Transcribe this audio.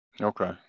okay